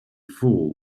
fool